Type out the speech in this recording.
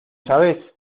sabes